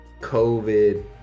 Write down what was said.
covid